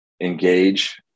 engage